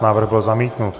Návrh byl zamítnut.